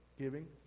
Giving